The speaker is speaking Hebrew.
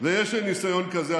ויש לי ניסיון כזה,